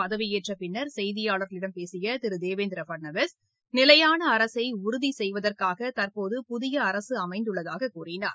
பதவியேற்ற பின்னர் செய்தியாளர்களிடம் பேசிய திரு தேவேந்திர பட்னாவிஸ் நிலையான அரசை உறுதிசெய்வதற்காக தற்போது புதிய அரசு அமைந்துள்ளதாகக் கூறினார்